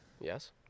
Yes